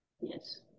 Yes